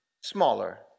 smaller